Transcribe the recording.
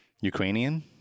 Ukrainian